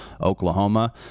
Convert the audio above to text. Oklahoma